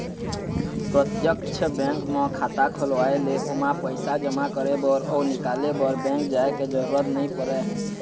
प्रत्यक्छ बेंक म खाता खोलवाए ले ओमा पइसा जमा करे बर अउ निकाले बर बेंक जाय के जरूरत नइ परय